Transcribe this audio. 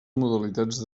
modalitats